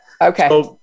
Okay